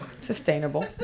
Sustainable